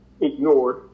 ignored